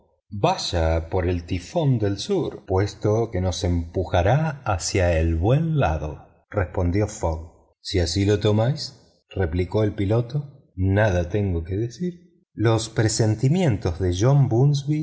tifón vaya por el tifón del sur puesto que nos empujará hacia el buen lado respondió fogg si así lo tomáis replicó el piloto nada tengo que decir los presentimientos de john bunsby